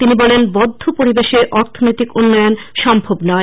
তিনি বলেন বদ্ধ পরিবেশে অর্থনৈতিক উন্নয়ন সম্ভব নয়